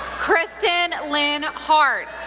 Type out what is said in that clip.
kristen lynn hart,